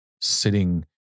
sitting